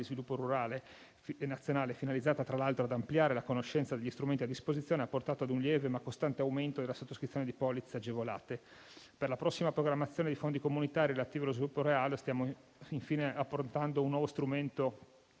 sviluppo rurale nazionale, finalizzata tra l'altro ad ampliare la conoscenza degli strumenti a disposizione, ha portato a un lieve, ma costante aumento della sottoscrizione di polizze agevolate. Per la prossima programmazione dei fondi comunitari relativi allo sviluppo rurale stiamo infine approntando un nuovo strumento